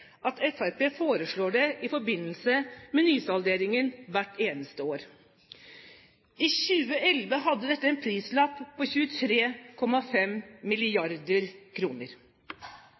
at Fremskrittspartiet foreslår det i forbindelse med nysalderingen hvert eneste år. I 2011 har dette en prislapp på 23,5